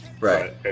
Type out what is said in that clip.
right